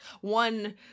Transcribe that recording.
one